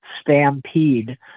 stampede